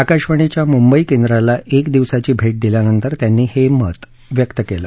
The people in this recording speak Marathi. आकाशवाणीच्या मुंबई केंद्राला एक दिवसाची भेट दिल्यानंतर त्यांनी हे मत व्यक्त केलं